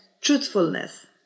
truthfulness